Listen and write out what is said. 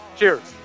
Cheers